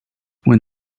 when